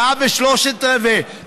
שעה ושלושת רבעי,